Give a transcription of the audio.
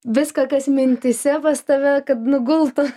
viską kas mintyse pas tave kad nugultų